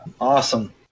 Awesome